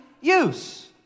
use